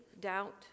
doubt